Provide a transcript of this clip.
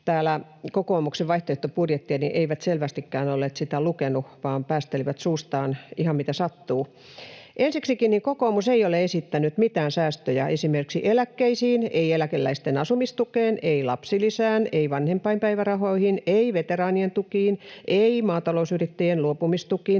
täällä kokoomuksen vaihtoehtobudjettia, eivät selvästikään olleet sitä lukeneet vaan päästelivät suustaan ihan mitä sattuu. Ensiksikin, kokoomus ei ole esittänyt mitään säästöjä esimerkiksi eläkkeisiin, ei eläkeläisten asumistukeen, ei lapsilisään, ei vanhempainpäivärahoihin, ei veteraanien tukiin, ei maatalousyrittäjien luopumistukiin